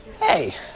Hey